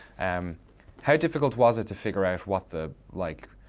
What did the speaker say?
um how difficult was it to figure out what the, like,